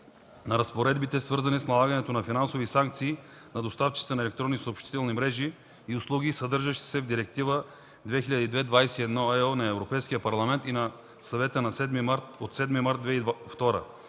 на разпоредбите, свързани с налагането на финансови санкции на доставчиците на електронни съобщителни мрежи и услуги, съдържащи се в Директива 2002/21/ЕО на Европейския парламент и на Съвета от 7 март 2002 г.